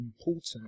important